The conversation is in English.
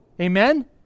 Amen